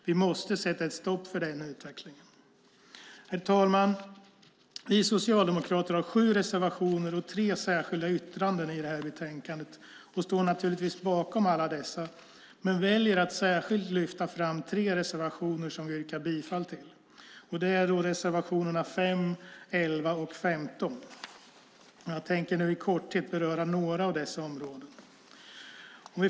Vi måste sätta stopp för den utvecklingen! Herr talman! Vi socialdemokrater har sju reservationer och tre särskilda yttranden i detta betänkande och står naturligtvis bakom alla dessa. Vi väljer dock att särskilt lyfta fram tre reservationer som vi yrkar bifall till. Det är reservationerna 5, 11 och 15. Jag tänker nu i korthet beröra några av dessa områden.